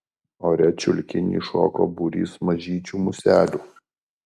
ore čiulkinį šoko būrys mažyčių muselių